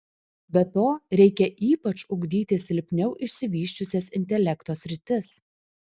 be to reikia ypač ugdyti silpniau išsivysčiusias intelekto sritis